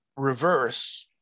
reverse